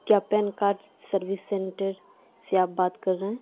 کیا PAN card service centre سے آپ بات کر رہے ہیں